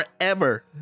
forever